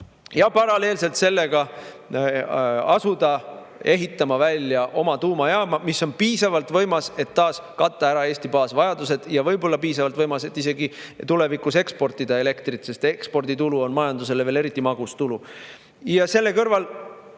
Paralleelselt sellega asuda ehitama välja oma tuumajaama, mis on piisavalt võimas, et taas katta ära Eesti baasvajadused, ja võib-olla piisavalt võimas, et tulevikus isegi eksportida elektrit, sest eksporditulu on majandusele eriti magus tulu. Ja seejuures